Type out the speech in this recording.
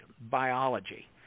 biology